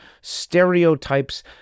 stereotypes